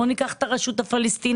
בואו ניקח את הרשות הפלסטינאית,